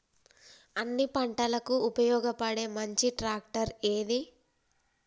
అన్ని పంటలకు ఉపయోగపడే మంచి ట్రాక్టర్ ఏది?